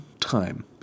time